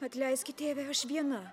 atleiskit tėve aš viena